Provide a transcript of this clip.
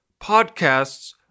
podcasts